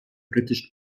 britischen